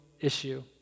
issue